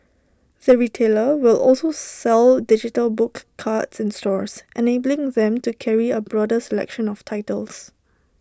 the retailer will also sell digital book cards in stores enabling them to carry A broader selection of titles